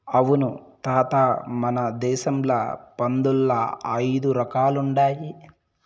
అవును తాత మన దేశంల పందుల్ల ఐదు రకాలుండాయి